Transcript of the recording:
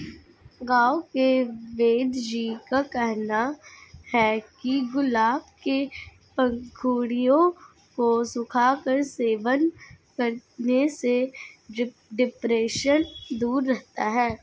गांव के वेदजी का कहना है कि गुलाब के पंखुड़ियों को सुखाकर सेवन करने से डिप्रेशन दूर रहता है